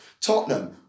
Tottenham